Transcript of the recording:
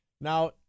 Now